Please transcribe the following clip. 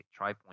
TriPoint